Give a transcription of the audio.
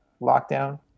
lockdown